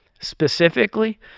Specifically